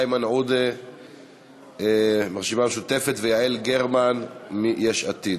איימן עודה מהרשימה המשותפת ויעל גרמן מיש עתיד.